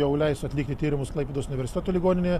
jau leis atlikti tyrimus klaipėdos universiteto ligoninėje